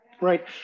Right